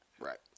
Right